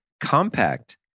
compact